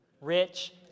Rich